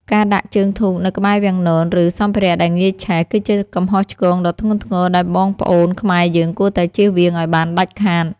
ការដាក់ជើងធូបនៅក្បែរវាំងនន ឬសម្ភារៈដែលងាយឆេះ គឺជាកំហុសឆ្គងដ៏ធ្ងន់ធ្ងរដែលបងប្អូនខ្មែរយើងគួរតែជៀសវាងឱ្យបានដាច់ខាត។